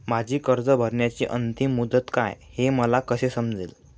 माझी कर्ज भरण्याची अंतिम मुदत काय, हे मला कसे समजेल?